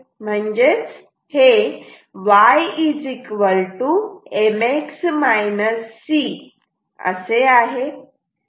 म्हणजेच हे Y mx c असे आहे